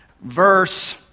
Verse